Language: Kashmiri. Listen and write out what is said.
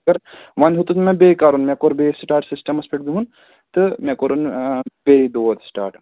مَگر وۅنۍ ہیوٚتُس مےٚ بیٚیہِ کَرُن مےٚ کوٚر بیٚیہِ سِٹاٹ سِسٹَمَس پٮ۪ٹھ بِہُن تہٕ مےٚ کوٚرُن بیٚیہِ دود سِٹاٹ